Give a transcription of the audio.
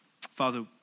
Father